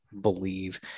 believe